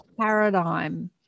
paradigm